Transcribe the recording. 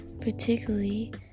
Particularly